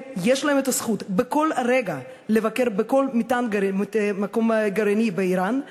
יש להם את הזכות לבקר בכל רגע בכל מקום גרעיני באיראן,